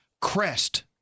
Crest